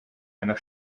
einer